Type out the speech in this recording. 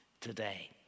today